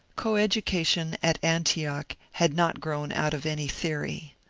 coeducation at antioch had not grown out of any theory.